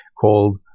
called